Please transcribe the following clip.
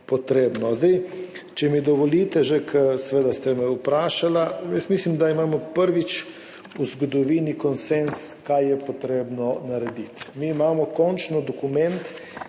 potrebno. Če mi dovolite, ker ste me vprašali, jaz mislim, da imamo prvič v zgodovini konsenz, kaj je potrebno narediti. Mi imamo končno dokument,